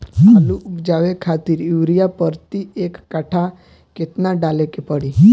आलू उपजावे खातिर यूरिया प्रति एक कट्ठा केतना डाले के पड़ी?